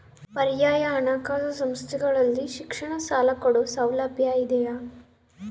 ಪರ್ಯಾಯ ಹಣಕಾಸು ಸಂಸ್ಥೆಗಳಲ್ಲಿ ಶಿಕ್ಷಣ ಸಾಲ ಕೊಡೋ ಸೌಲಭ್ಯ ಇದಿಯಾ?